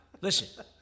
Listen